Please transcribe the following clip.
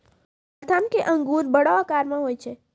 Waltham के अंगूर बड़ो आकार के हुवै छै